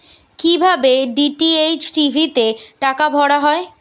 কি ভাবে DTH TV তে টাকা ভরা হয়?